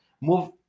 Move